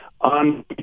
On